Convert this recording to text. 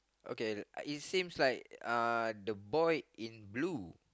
okay it seems like the boy in blue